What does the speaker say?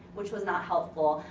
which was not helpful.